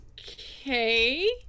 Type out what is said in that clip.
okay